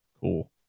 cool